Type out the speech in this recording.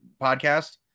podcast